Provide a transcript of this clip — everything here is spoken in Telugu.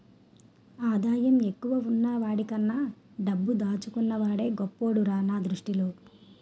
ఆదాయం ఎక్కువున్న వాడికన్నా డబ్బు దాచుకున్న వాడే గొప్పోడురా నా దృష్టిలో